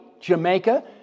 Jamaica